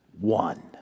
one